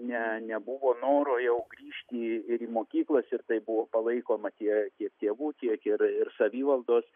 ne nebuvo noro jau grįžti ir į mokyklas ir tai buvo palaikoma tie tiek tėvų tiek ir ir savivaldos